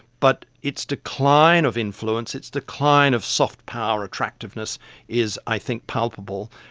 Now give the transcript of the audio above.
but its decline of influence, its decline of soft power attractiveness is i think palpable.